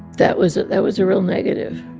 that was that was a real negative,